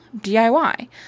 DIY